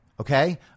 Okay